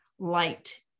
light